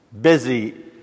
busy